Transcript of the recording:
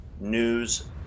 news